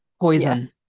poison